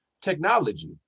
technology